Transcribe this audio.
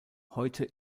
heute